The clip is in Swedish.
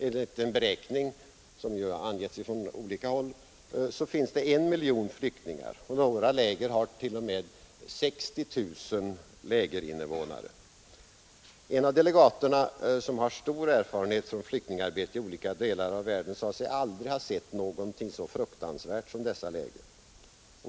Enligt den beräkning som angetts från olika håll finns det en miljon flyktingar — några läger har t.o.m. 60 000 lägerinvånare. En av delegaterna, som har stor erfarenhet från flyktingarbete i olika delar av världen, sade sig aldrig ha sett någonting så fruktansvärt som dessa läger.